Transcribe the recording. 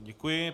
Děkuji.